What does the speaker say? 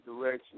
direction